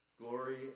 glory